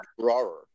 drawer